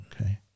Okay